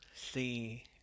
see